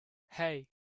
hey